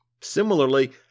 Similarly